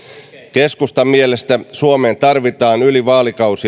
keskustan mielestä suomeen tarvitaan yli vaalikausien